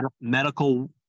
medical